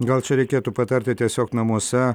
gal čia reikėtų patarti tiesiog namuose